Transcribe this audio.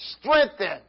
Strengthen